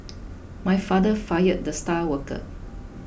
my father fired the star worker